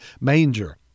manger